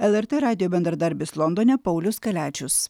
lrt radijo bendradarbis londone paulius kaliačius